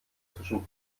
zwischen